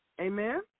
Amen